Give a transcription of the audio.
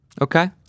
Okay